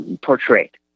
portrayed